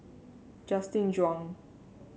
Justin Zhuang